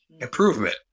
improvement